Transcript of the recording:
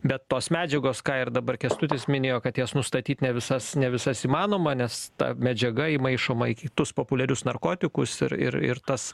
bet tos medžiagos ką ir dabar kęstutis minėjo kad jas nustatyt ne visas ne visas įmanoma nes ta medžiaga įmaišoma į kitus populiarius narkotikus ir ir ir tas